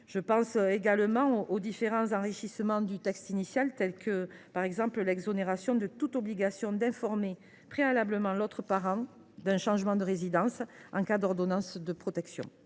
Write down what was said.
J’ai également à l’esprit différents enrichissements du texte initial, comme l’exonération de toute obligation d’informer préalablement l’autre parent d’un changement de résidence en cas d’ordonnance de protection.